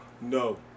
no